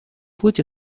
будь